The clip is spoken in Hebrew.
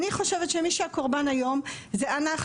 אני חושבת שמי שהקורבן היום זה אנחנו,